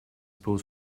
pose